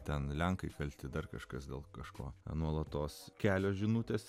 ten lenkai kalti dar kažkas dėl kažko nuolatos kelios žinutės